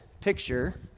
picture